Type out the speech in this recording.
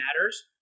matters